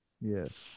Yes